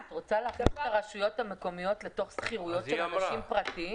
את רוצה להכניס את הרשויות המקומיות לתוך שכירויות של אנשים פרטיים?